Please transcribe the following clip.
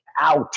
out